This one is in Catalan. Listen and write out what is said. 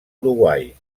uruguai